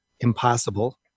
impossible